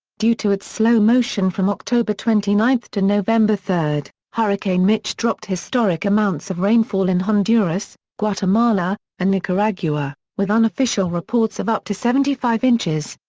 due to its slow motion from october twenty nine to november three, hurricane mitch dropped historic amounts of rainfall in honduras, guatemala, and nicaragua, with unofficial reports of up to seventy five inches.